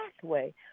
pathway